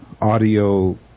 audio